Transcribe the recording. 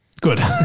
Good